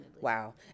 Wow